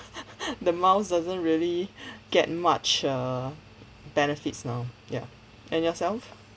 the miles doesn't really get much err benefits now ya and yourself